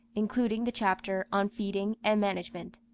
including the chapter on feeding and management.